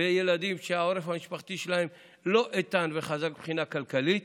וילדים שהעורף המשפחתי שלהם לא איתן וחזק מבחינה כלכלית.